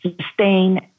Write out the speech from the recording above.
sustain